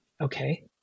okay